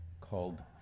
called